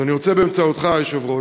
אז אני רוצה באמצעותך, היושב-ראש,